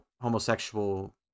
homosexual